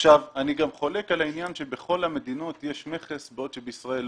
אני גם חולק על העניין שבכל המדינות יש מכס בעוד שבישראל אין.